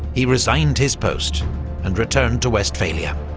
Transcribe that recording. he resigned his post and returned to westphalia.